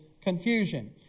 confusion